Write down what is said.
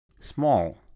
small